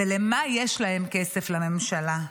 ולמה יש להם כסף, לממשלה?